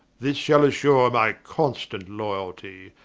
this shall assure my constant loyalty,